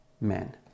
men